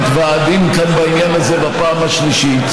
מתוועדים כאן בעניין הזה בפעם השלישית,